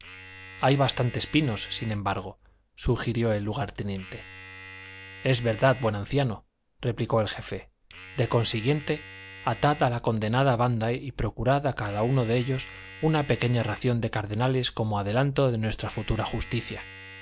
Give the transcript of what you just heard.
hay bastantes pinos sin embargo sugirió el lugarteniente es verdad buen anciano replicó el jefe de consiguiente atad a la condenada banda y procurad a cada uno de ellos una pequeña ración de cardenales como adelanto de nuestra futura justicia